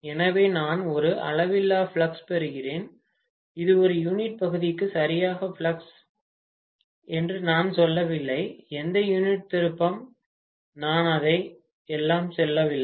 எனவே நான் ஒரு அளவிலான ஃப்ளக்ஸ் பெறுகிறேன் இது ஒரு யூனிட் பகுதிக்கு சரியாக ஃப்ளக்ஸ் ஒரு ஃப்ளக்ஸ் என்று நான் சொல்லவில்லை எந்த யூனிட் திருப்பம் நான் அதை எல்லாம் சொல்லவில்லை